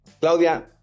Claudia